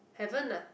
haven't lah